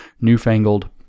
newfangled